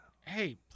hey